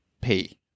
pay